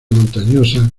montañosa